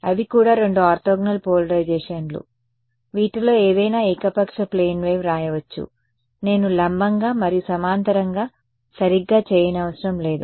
అవి కూడా రెండు ఆర్తోగోనల్ పోలరైజేషన్లు వీటిలో ఏదైనా ఏకపక్ష ప్లేన్ వేవ్ వ్రాయవచ్చు నేను లంబంగా మరియు సమాంతరంగా సరిగ్గా చేయనవసరం లేదు